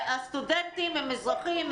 והסטודנטים הם אזרחים,